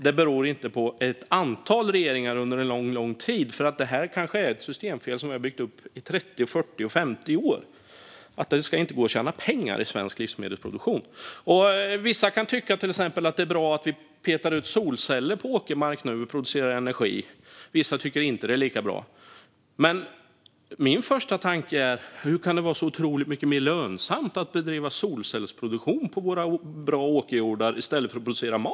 Det beror inte på någon av ett antal regeringar under en lång tid, för detta - att det inte ska gå att tjäna pengar i svensk livsmedelsproduktion - kanske är ett systemfel som har byggts upp i 30, 40 eller 50 år. Vissa kan tycka att det är bra att vi petar ut solceller på åkermark och producerar energi. Andra tycker inte att det är lika bra. Min första tanke är: Hur kan det vara så otroligt mycket mer lönsamt att bedriva solcellsproduktion på bra åkerjordar än att producera mat?